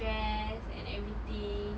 stress and everything